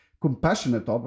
compassionate